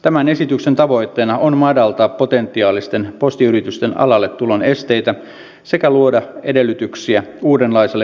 tämän esityksen tavoitteena on madaltaa potentiaalisten postiyritysten alalle tulon esteitä sekä luoda edellytyksiä uudenlaiselle postiliiketoiminnalle